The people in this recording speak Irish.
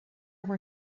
bhur